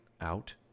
out